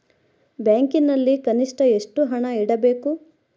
ಬ್ಯಾಂಕಿನಲ್ಲಿ ಕನಿಷ್ಟ ಎಷ್ಟು ಹಣ ಇಡಬೇಕು?